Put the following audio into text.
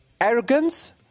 Arrogance